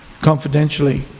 confidentially